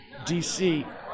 DC